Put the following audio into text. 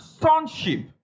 sonship